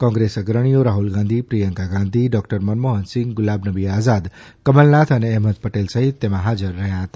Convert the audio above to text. કોંગ્રેસ અગ્રણીઓ રાહ્લગાંધી પ્રિયંકા ગાંધી ડોક્ટર મનમોહનસિંહ ગુલામનબી આઝાદ કમલનાથ અને અહેમદ પટેલ સહિત તેમાં હાજર રહ્યા હતા